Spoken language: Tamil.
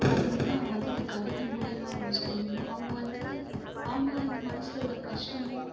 அதுவந்து அவங்க வந்து இந்த கவிதை மூலியமாக அவங்க சொல்லணும் அவங்க வந்து அவங்க வந்து மனசில் உள்ள கஷ்டமோ